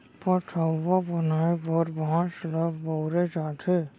पठअउवा बनाए बर बांस ल बउरे जाथे